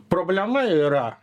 problema yra